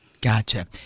gotcha